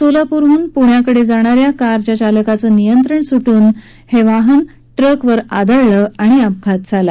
सोलापूरहून पुण्याकडे जाणाऱ्या कारच्या चालकाचं नियंत्रण सुट्रन ही कार ट्रकवर धडकून हा अपघात झाला